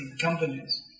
companies